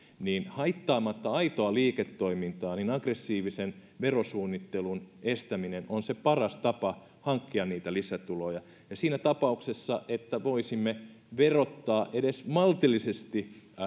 haittaamatta aitoa liiketoimintaa aggressiivisen verosuunnittelun estäminen on se paras tapa hankkia niitä lisätuloja ja siinä tapauksessa että voisimme verottaa edes maltillisesti